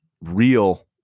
real